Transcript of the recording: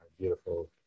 beautiful